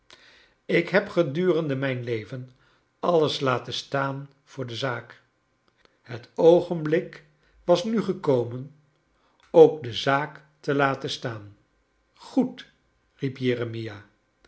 ik heb gedurende mijn leven alles laten staan voor de zaak het oogeublik was nu gekomen ook de zaak te laten staan goedp